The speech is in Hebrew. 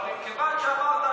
אבל מכיוון שאמרת,